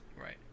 Right